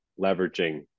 leveraging